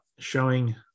showing